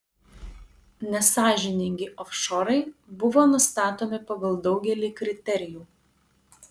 nesąžiningi ofšorai buvo nustatomi pagal daugelį kriterijų